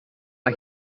mae